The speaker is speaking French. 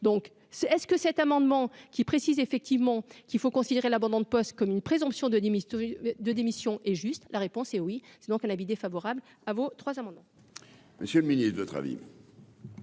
c'est est-ce que cet amendement qui précise effectivement. Qu'il faut considérer l'abandon de poste comme une présomption de 10 Mystery de démission et juste, la réponse est oui, c'est donc un avis défavorable à vos trois amendements. Monsieur le Ministre votre avis.